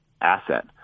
asset